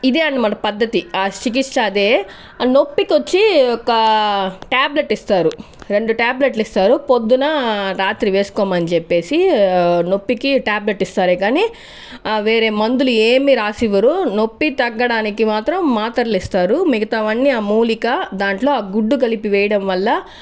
ఇదే అన్మాట పద్దతి ఆ చికిత్స అదే అండ్ నొప్పికొచ్చి ఒక ట్యాబ్లేట్ ఇస్తారు రెండు ట్యాబ్లేట్లు ఇస్తారు పొద్దున రాత్రి వేసుకోమని చెప్పేసి నొప్పికి ట్యాబ్లేట్ ఇస్తారే కానీ వేరే మందులు ఏమి రాసివ్వరు నొప్పి తగ్గడానికి మాత్రం మాత్రలు ఇస్తారు మిగతా వన్నీ ఆ మూలిక దాంట్లో ఆ గుడ్డు కలిపి వేయడం వల్ల